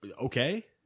Okay